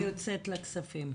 אני יוצאת לכספים.